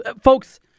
Folks